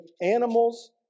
animals